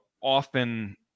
often